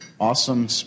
awesome